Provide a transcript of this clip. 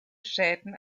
schäden